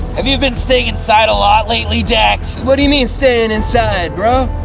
have you been staying inside a lot lately, dax? what do you mean, staying inside, bro?